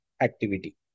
activity